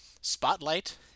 spotlight